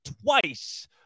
twice